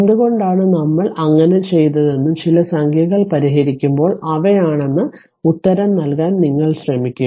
എന്തുകൊണ്ടാണ് നമ്മൾ അങ്ങനെ ചെയ്തതെന്ന് ചില സംഖ്യകൾ പരിഹരിക്കുമ്പോൾ അവയാണെന്ന് ഉത്തരം നൽകാൻ നിങ്ങൾ ശ്രമിക്കും